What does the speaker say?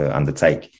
undertake